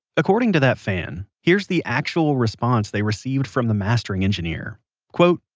according to that fan, here's the actual response they received from the mastering engineer quote,